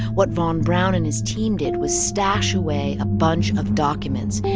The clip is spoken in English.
what von braun and his team did was stash away a bunch of documents.